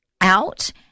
out